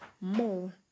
more